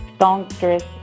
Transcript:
songstress